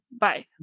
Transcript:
Bye